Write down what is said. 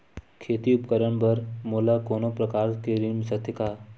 खेती उपकरण बर मोला कोनो प्रकार के ऋण मिल सकथे का?